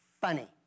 funny